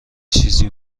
چیزی